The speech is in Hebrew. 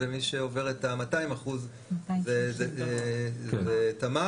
ומי שעובר את ה-200% זה תמר,